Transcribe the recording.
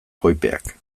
koipeak